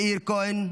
מאיר כהן,